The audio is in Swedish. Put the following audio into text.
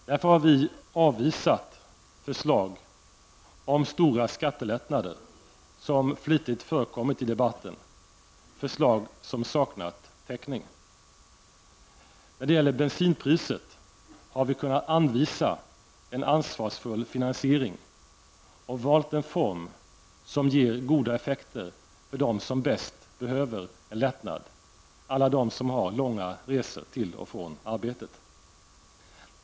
Därför har vi avvisat förslag om stora skattelättnader, som flitigt förekommit i debatten, förslag som saknar finansiering. När det gäller bensinpriset har vi kunnat anvisa en ansvarsfull finansiering, och valt en form som ger goda effekter för dem som bäst behöver en lättnad, alla som har långa resor till och från arbetet.